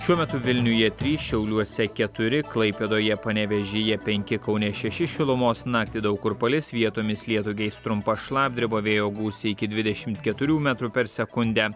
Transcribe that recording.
šiuo metu vilniuje trys šiauliuose keturi klaipėdoje panevėžyje penki kaune šeši šilumos naktį daug kur palis vietomis lietų keis trumpa šlapdriba vėjo gūsiai iki dvidešimt keturių metrų per sekundę